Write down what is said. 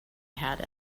had